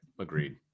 Agreed